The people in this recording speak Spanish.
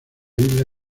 isla